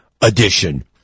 edition